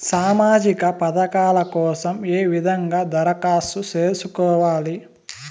సామాజిక పథకాల కోసం ఏ విధంగా దరఖాస్తు సేసుకోవాలి